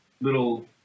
little